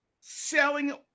selling